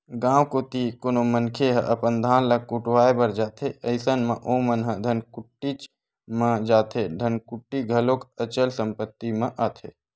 गाँव कोती कोनो मनखे ह अपन धान ल कुटावय बर जाथे अइसन म ओमन ह धनकुट्टीच म जाथे धनकुट्टी घलोक अचल संपत्ति म आथे